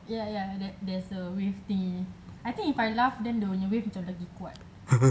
ya ya there's a wave thingy I think if I laugh then dia punya wave macam lagi kuat